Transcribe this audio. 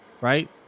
right